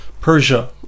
Persia